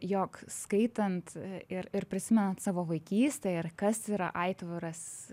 jog skaitant ir ir prisimenant savo vaikystę ir kas yra aitvaras